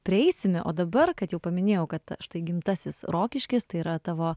prieisime o dabar kad jau paminėjau kad štai gimtasis rokiškis tai yra tavo